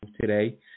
today